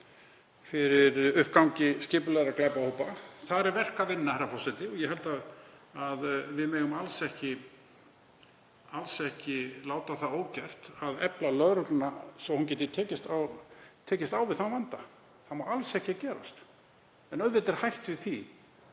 fyrir uppgangi skipulagðra glæpahópa. Þar er verk að vinna, herra forseti, og ég held að við megum alls ekki láta það ógert að efla lögregluna svo hún geti tekist á við þann vanda. Það má alls ekki gerast. En auðvitað er hætt við því